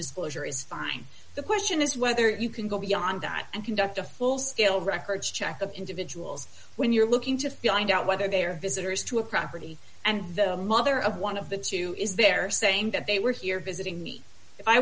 disclosure is fine the question is whether you can go beyond that and conduct a full scale records check of individuals when you're looking to find out whether they are visitors to a property and the mother of one of the two is there saying that they were here visiting me if i